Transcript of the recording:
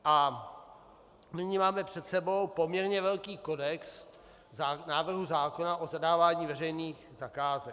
A nyní máme před sebou poměrně velký kodex návrhu zákona o zadávání veřejných zakázek.